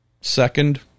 second